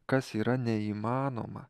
kas yra neįmanoma